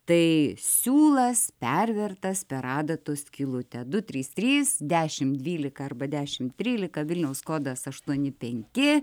tai siūlas pervertas per adatos skylutę du trys trys dešimt dvylika arba dešimt trylika vilniaus kodas aštuoni penki